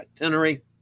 itinerary